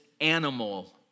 animal